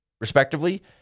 respectively